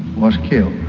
was killed